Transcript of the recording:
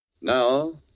Now